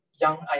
young